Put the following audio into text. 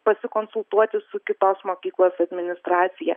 pasikonsultuoti su kitos mokyklos administracija